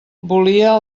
volia